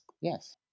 Yes